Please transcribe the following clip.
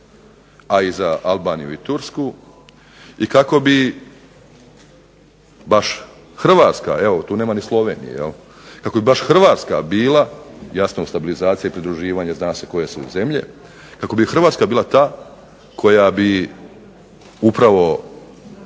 a i za Albaniju i Tursku i kako bi baš Hrvatska, evo tu nema ni Slovenije, kako bi baš Hrvatska bila, jasno u stabilizaciji i pridruživanju zna se koje su zemlje, kako bi Hrvatska bila ta koja bi upravo